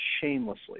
shamelessly